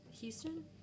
houston